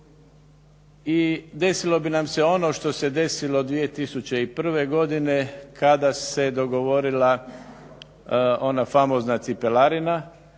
i desilo bi nam se ono što se desilo 2001.godine kada se dogovorila ona famozna cipelarina